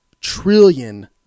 trillion